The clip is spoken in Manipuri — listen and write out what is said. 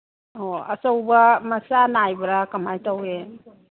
ꯑꯣ ꯑꯆꯧꯕ ꯃꯆꯥ ꯅꯥꯏꯕ꯭ꯔꯥ ꯀꯔꯃꯥꯏꯅ ꯇꯧꯋꯤ